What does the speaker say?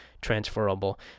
transferable